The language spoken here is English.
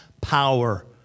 power